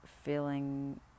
feeling